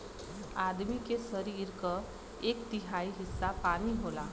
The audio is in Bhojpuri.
आदमी के सरीर क एक तिहाई हिस्सा पानी होला